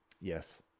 Yes